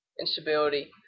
instability